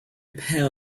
pair